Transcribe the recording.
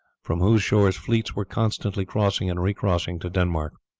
from whose shores fleets were constantly crossing and recrossing to denmark.